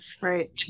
right